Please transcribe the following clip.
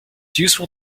useful